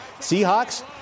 Seahawks